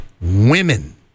women